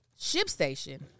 ShipStation